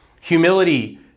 Humility